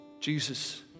jesus